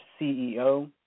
CEO